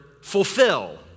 fulfill